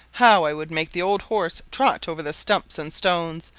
how i would make the old horses trot over the stumps and stones,